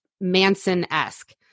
Manson-esque